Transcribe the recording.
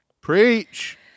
Preach